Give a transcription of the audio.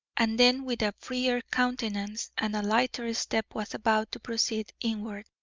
and then with a freer countenance and a lighter step was about to proceed inward,